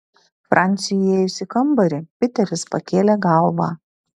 franciui įėjus į kambarį piteris pakėlė galvą